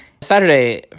Saturday